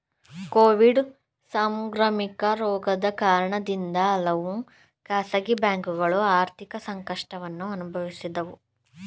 Covid ಸಾಂಕ್ರಾಮಿಕ ರೋಗದ ಕಾರಣದಿಂದ ಹಲವು ಖಾಸಗಿ ಬ್ಯಾಂಕುಗಳು ಆರ್ಥಿಕ ಸಂಕಷ್ಟವನ್ನು ಅನುಭವಿಸಿದವು